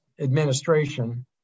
administration